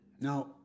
Now